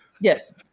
Yes